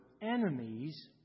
enemies